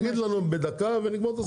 תגיד לנו בדקה ונפתור את הסיפור הזה.